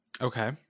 Okay